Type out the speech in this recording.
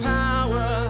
power